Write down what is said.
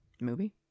movie